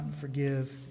forgive